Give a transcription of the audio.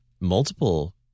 multiple